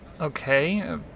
Okay